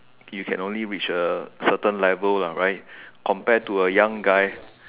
you can only reach a certain level lah right compared to a young guy